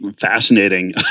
fascinating